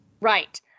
right